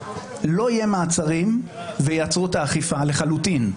לא יהיו מעצרים ויעצרו את האכיפה לחלוטין.